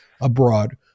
abroad